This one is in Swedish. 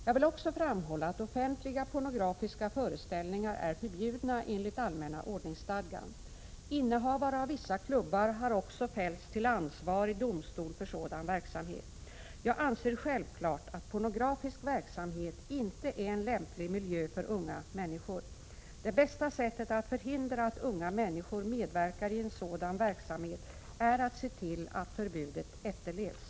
Jag vill också framhålla att offentliga pornografiska föreställningar är förbjudna enligt allmänna ordningsstadgan. Innehavare av vissa klubbar har också fällts till ansvar i domstol för sådan verksamhet. Jag anser det vara självklart att pornografisk verksamhet inte är en lämplig miljö för unga människor. Det bästa sättet att förhindra att unga människor medverkar i en sådan verksamhet är att se till att förbudet efterlevs.